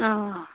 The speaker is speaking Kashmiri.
اوا